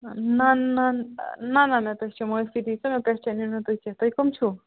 نَہ نَہ نَہ نَہ نَہ تُہۍ چھِو تُہۍ کَم چھُو